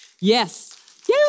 Yes